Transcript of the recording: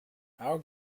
our